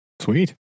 Sweet